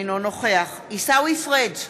אינו נוכח עיסאווי פריג'